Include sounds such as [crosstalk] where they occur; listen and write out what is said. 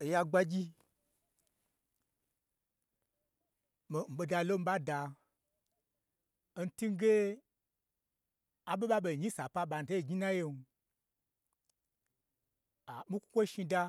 Oya gbagyi, miin ɓod lon, mii ɓada, n twuge aɓon ɓa ɓonyi n sapa ɓanuto gnyin naye [hesitation] mii kwu kwo shni da,